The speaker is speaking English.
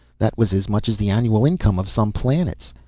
that was as much as the annual income of some planets.